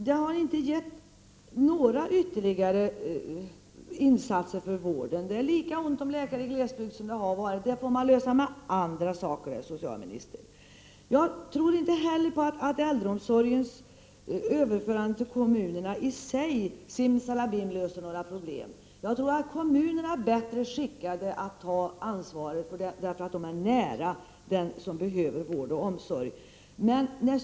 Man har inte satt in några ytterligare insatser för vården. Det är lika ont om läkare på glesbygden som det alltid har varit. Det får man lösa med andra medel, socialministern. Jag tror inte heller att äldreomsorgens överförande till kommunerna i sig skulle lösa några problem. Kommunerna är nog bättre skickade att ta ansvaret, eftersom de är nära dem som behöver vård och omsorg.